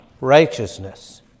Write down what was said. righteousness